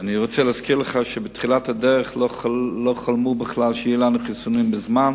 אני רוצה להזכיר לך שבתחילת הדרך לא חלמו בכלל שיהיו לנו חיסונים בזמן.